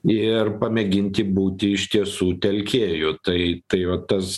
ir pamėginti būti iš tiesų telkėju tai tai va tas